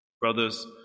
Brothers